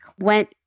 went